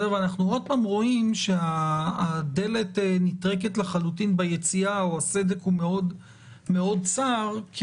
אנחנו עוד פעם רואים שהדלת נטרקת לחלוטין ביציאה או שהסדק מאוד צר כי